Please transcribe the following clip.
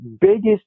biggest